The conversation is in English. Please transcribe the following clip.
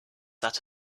that